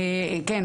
כן,